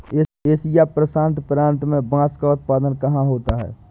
Asia प्रशांत प्रांत में बांस का उत्पादन कहाँ होता है?